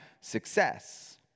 success